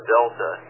Delta